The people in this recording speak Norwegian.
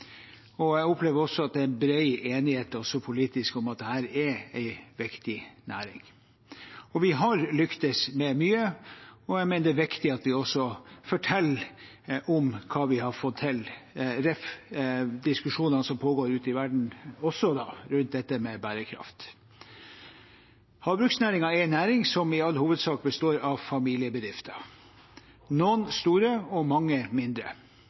og jeg opplever det er en bred enighet også politisk om at dette er en viktig næring. Vi har lyktes med mye, og det er viktig at vi forteller om hva vi har fått til, jfr. diskusjonene som pågår ute i verden, også rundt bærekraft. Havbruksnæringen er en næring som i all hovedsak består av familiebedrifter, noen store og mange mindre.